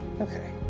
Okay